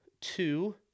two